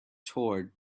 toward